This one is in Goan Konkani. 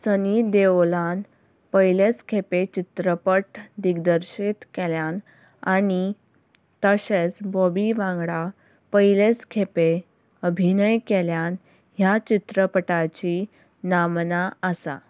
सनी देवलान पयलेच खेपे चित्रपट दिग्दर्शीत केल्यान आनी तशेंच बॉबी वांगडा पयलेच खेपे अभिनय केल्यान ह्या चित्रपटाची नामना आसा